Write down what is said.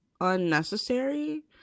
unnecessary